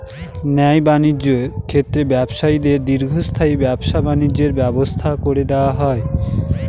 ন্যায় বাণিজ্যের ক্ষেত্রে ব্যবসায়ীদের দীর্ঘস্থায়ী ব্যবসা বাণিজ্যের ব্যবস্থা করে দেয়